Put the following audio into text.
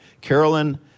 Carolyn